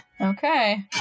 Okay